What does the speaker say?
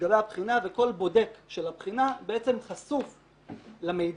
לגבי הבחינה, וכל בודק של הבחינה בעצם חשוף למידע.